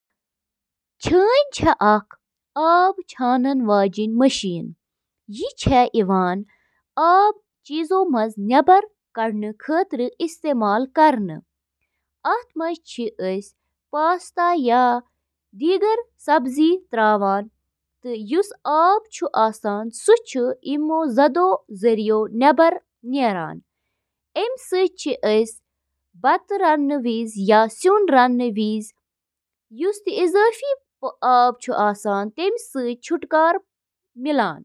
اکھ digital camera, یتھ digicam تہِ ونان چھِ، چھُ اکھ کیمرا یُس ڈیجیٹل میموری منٛز فوٹو رٹان چھُ۔ ایمِچ کٲم چِھ کُنہِ چیزٕ یا موضوع پیٹھہٕ لائٹ ایکہِ یا زیادٕہ لینزٕ کہِ ذریعہِ کیمراہس منز گزران۔ لینس چھِ گاشَس کیمراہَس منٛز ذخیرٕ کرنہٕ آمٕژ فلمہِ پٮ۪ٹھ توجہ دِوان۔